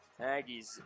Aggies